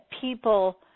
people